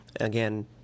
again